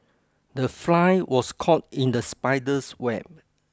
the fly was caught in the spider's web